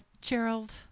Gerald